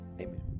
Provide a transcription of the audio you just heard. Amen